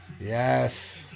Yes